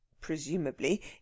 presumably